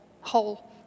whole